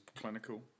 clinical